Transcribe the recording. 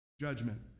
judgment